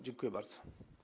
Dziękuję bardzo.